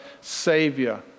Savior